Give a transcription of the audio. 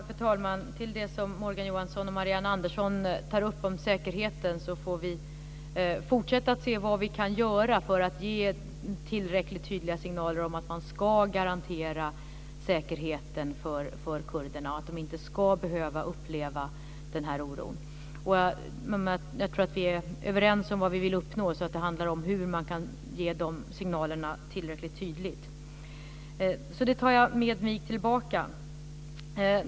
Fru talman! Till Morgan Johansson och Marianne Andersson som tar upp frågan om säkerheten vill jag säga att vi får fortsätta att undersöka vad vi kan göra för att ge tillräckligt tydliga signaler om att man ska garantera säkerheten för kurderna och att de inte ska behöva uppleva den här oron. Jag tror att vi är överens om vad vi vill uppnå, så det handlar om hur man kan ge de signalerna tillräckligt tydligt. Det tar jag med mig tillbaka.